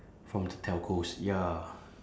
from the telcos ya